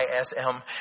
ISM